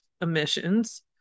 emissions